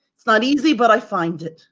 it's not easy but i find it.